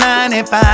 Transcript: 95